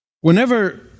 Whenever